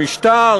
המשטר,